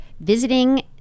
visiting